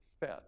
fed